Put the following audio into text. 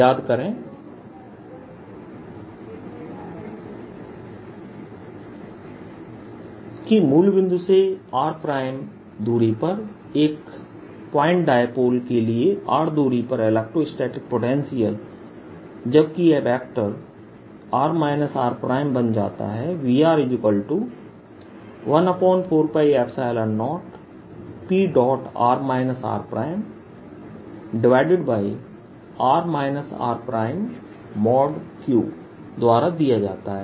याद करें कि मूल बिंदु से r दूरी पर एक पॉइंट डायपोल के लिए r दूरी पर इलेक्ट्रोस्टेटिक पोटेंशियल जबकि यह वेक्टर r r बन जाता है Vr14π0pr rr r3 द्वारा दिया जाता है